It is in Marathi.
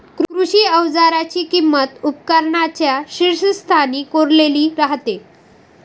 कृषी अवजारांची किंमत उपकरणांच्या शीर्षस्थानी कोरलेली राहते